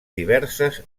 diverses